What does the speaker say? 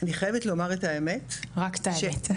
אני חייבת לומר את האמת - רק את האמת.